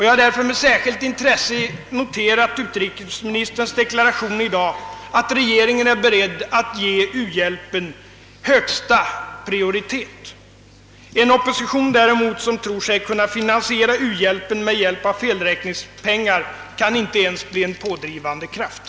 Jag har därför med särskilt stort intresse noterat utrikesministerns deklaration i dag, att regeringen är beredd att ge u-hjälpen högsta prioritet. En opposition, som tror sig kunna finansiera u-hjälpen med felräkningspengar, kan däremot inte ens bli en pådrivande kraft.